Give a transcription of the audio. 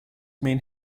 mean